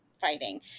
fighting